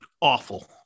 awful